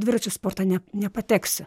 dviračių sportą ne nepateksiu